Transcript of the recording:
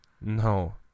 No